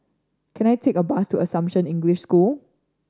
can I take a bus to Assumption English School